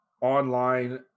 online